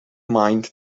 mind